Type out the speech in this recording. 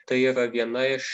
tai yra viena iš